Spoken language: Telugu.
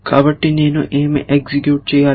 కాబట్టి నేను ఏమి ఎగ్జిక్యూట చేయాలి